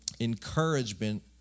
encouragement